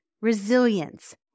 resilience